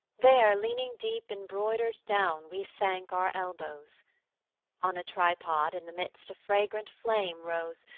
there leaning deep in broidered down we sank our elbows on a tripod in the midst a fragrant flame rose,